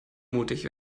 mutig